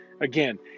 Again